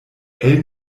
elle